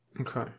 okay